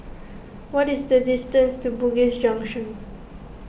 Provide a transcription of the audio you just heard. what is the distance to Bugis Junction